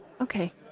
okay